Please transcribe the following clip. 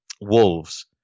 Wolves